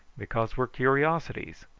because we're curiosities.